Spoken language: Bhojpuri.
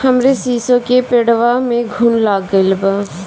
हमरे शीसो के पेड़वा में घुन लाग गइल बा